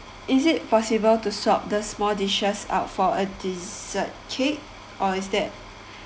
is it possible to swap the small dishes out for a dessert cake or is that